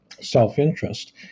self-interest